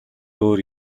өөр